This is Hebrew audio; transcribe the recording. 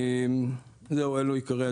זהו אלו הדברים.